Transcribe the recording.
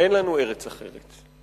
אין לנו ארץ אחרת,